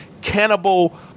cannibal